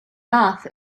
nath